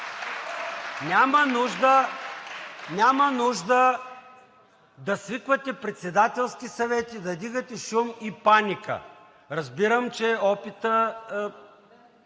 Няма нужда да свиквате председателски съвети, да вдигате шум и паника. Разбирам, че опитът